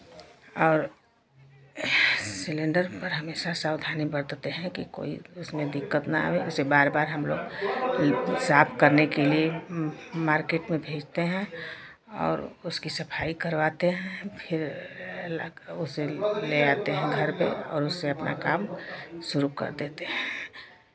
और सिलेण्डर पर हमेशा सावधानी बरतते हैं कि कोइ इसमें दिक्कत ना आवे वैसे बार बार हमलोग साफ करने के लिए मार्केट में भेजते हैं और उसकी सफाई करवाते हैं फिर उसे ले आते हैं घर पे और उससे अपना काम शुरू कर देते हैं